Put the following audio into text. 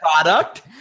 product